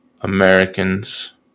Americans